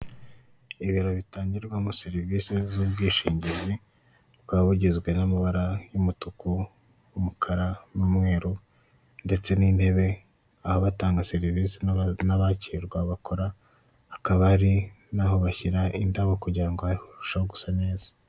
Ibiro bitangirwamo serivise z'ubwishingizi bukaba bigizwe n'amabara y'umutuku, umukara, umweru ndetse n'intebe, aho batanga serivise n'abakirwa bakora, hakaba hari n'aho bashyira indabo kugira ngo harusheho gusa neza.